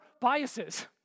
biases